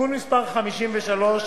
(תיקון מס' 53),